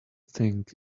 think